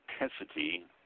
intensity